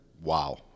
wow